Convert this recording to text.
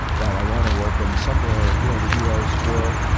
but i want to work in somewhere you know the elo score,